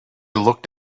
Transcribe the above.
looked